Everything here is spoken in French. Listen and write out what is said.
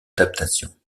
adaptations